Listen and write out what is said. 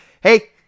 hey